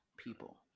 people